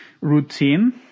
routine